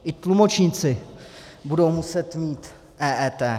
I tlumočníci budou muset mít EET.